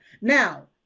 Now